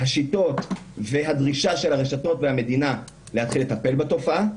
השיטות והדרישה של הרשתות מהמדינה להתחיל לטפל בתופעה.